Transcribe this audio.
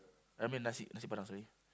I mean Nasi Nasi-Padang sorry